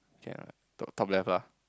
can top top level lah